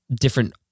different